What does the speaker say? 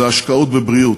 זה השקעות בבריאות.